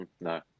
no